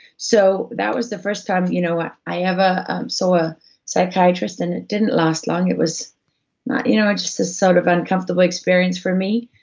so that was the first time you know ah i ever saw a psychiatrist, and it didn't last long. it was you know just this sort of uncomfortable experience for me,